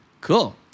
Cool